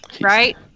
Right